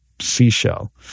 seashell